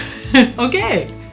Okay